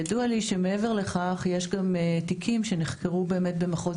ידוע לי שמעבר לכך יש גם תיקים שנחקרו במחוז